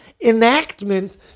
enactment